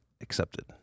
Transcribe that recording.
accepted